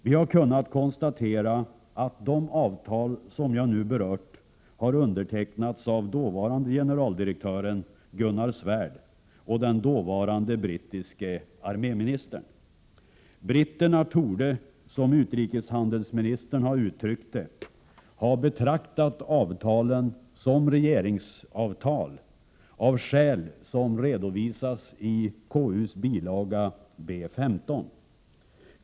Vi har kunnat konstatera att de avtal som jag nu har berört har undertecknats av dåvarande generaldirektören Gunnar Svärd och den dåvarande brittiska arméministern. Britterna torde, som utrikeshandelsministern har uttryckt det, ha betraktat avtalen som regeringsavtal, av skäl som redovisats i KU:s bilaga B 15.